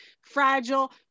fragile